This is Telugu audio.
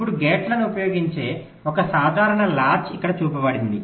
ఇప్పుడు గేట్లను ఉపయోగించే ఒక సాధారణ లాచ్ ఇక్కడ చూపబడింది